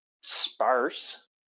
sparse